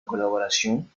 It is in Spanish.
colaboración